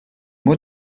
moi